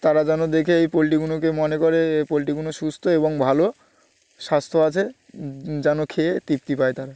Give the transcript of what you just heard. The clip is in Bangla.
তারা যেন দেখে এই পোলট্রিগুলোকে মনে করে এই পোলট্রিগুলো সুস্থ এবং ভালো স্বাস্থ্য আছে যেন খেয়ে তৃপ্তি পায় তারা